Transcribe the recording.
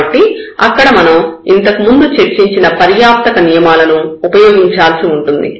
కాబట్టి అక్కడ మనం ఇంతకు ముందు చర్చించిన పర్యాప్తక నియమాలను ఉపయోగించాల్సి ఉంటుంది